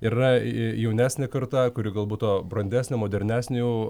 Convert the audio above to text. yra jaunesnė karta kuri galbūt to brandesnio modernesnio jau